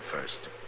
first